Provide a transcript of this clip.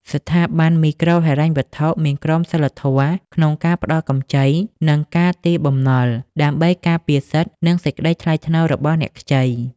ស្ថាប័នមីក្រូហិរញ្ញវត្ថុត្រូវមានក្រមសីលធម៌ក្នុងការផ្ដល់កម្ចី និងការទារបំណុល ដើម្បីការពារសិទ្ធិ និងសេចក្ដីថ្លៃថ្នូររបស់អ្នកខ្ចី។